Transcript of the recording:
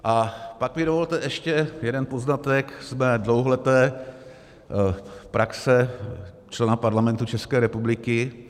A pak mi dovolte ještě jeden poznatek z mé dlouholeté praxe člena Parlamentu České republiky.